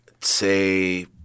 say